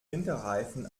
winterreifen